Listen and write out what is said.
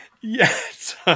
Yes